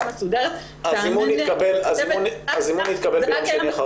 מסודרת --- הזימון התקבל ביום שני אחר הצהריים.